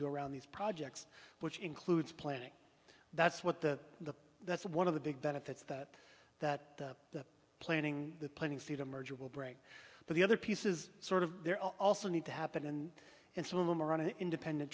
do around these projects which includes planning that's what the that's one of the big benefits that that the planning the planning see the merger will break but the other piece is sort of there are also need to happen and some of them are on an independent